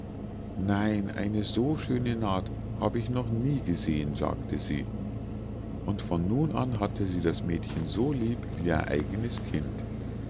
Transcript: nein eine so schöne naht habe ich noch nie gesehen sagte sie und von nun an hatte sie das mädchen so lieb wie ihr eignes kind